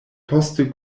poste